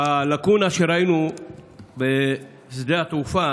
בלקונה שראינו בשדה התעופה